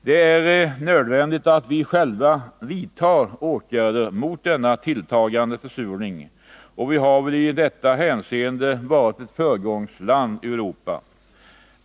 Det är nödvändigt att vi själva vidtar åtgärder mot denna försurning, och vi har väl i detta hänseende varit ett föregångsland i Europa.